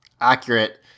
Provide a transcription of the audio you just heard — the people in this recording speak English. accurate